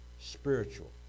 spiritual